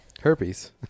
Herpes